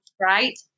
right